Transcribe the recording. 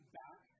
back